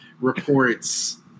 reports